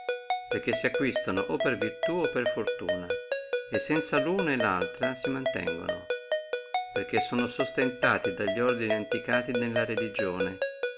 perché si acquistano o per virtù o per fortuna e sanza luna e laltra si mantengano perché sono sustentati dalli ordini antiquati nella religione